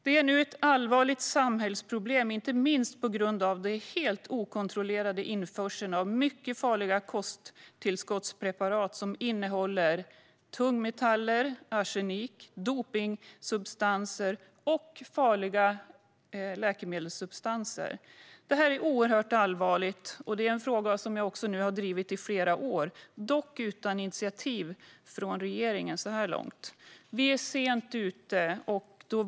Det är nu ett allvarligt samhällsproblem, inte minst på grund av den helt okontrollerade införseln av mycket farliga kosttillskottspreparat som innehåller tungmetaller, arsenik, dopningssubstanser och farliga läkemedelssubstanser. Det är oerhört allvarligt. Jag har drivit frågan i flera år, dock utan att det har kommit något initiativ från regeringen så här långt. Vi är sent ute.